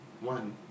One